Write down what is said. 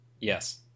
Yes